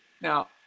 Now